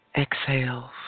Exhale